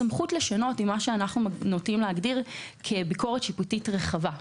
הסמכות לשנות היא מה שאנחנו נוטים להגדיר כביקורת שיפוטית רחבה.